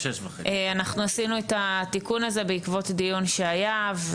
אנחנו עשינו את התיקון הזה בעקבות דיון שהיה,